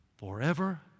Forever